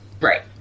Right